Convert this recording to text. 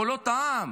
קולות העם.